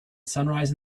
sunrise